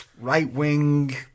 right-wing